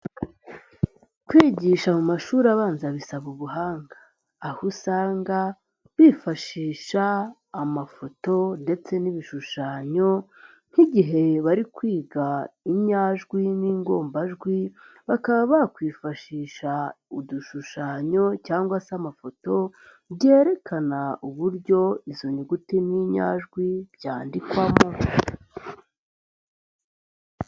Kwigisha mu mashuri abanza bisaba ubuhanga, aho usanga bifashisha amafoto ndetse n'ibishushanyo nk'igihe bari kwiga inyajwi n'ingombajwi, bakaba bakwifashisha udushushanyo cyangwa se amafoto, byerekana uburyo izo nyuguti n'inyajwi byandikwamo.